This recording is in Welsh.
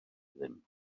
ddim